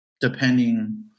depending